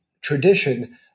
tradition